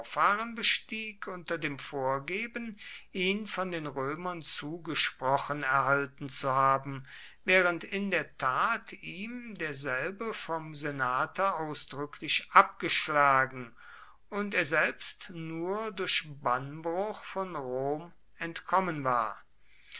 bestieg unter dem vorgeben ihn von den römern zugesprochen erhalten zu haben während in der tat ihm derselbe vom senate ausdrücklich abgeschlagen und er selbst nur durch bannbruch von rom entkommen war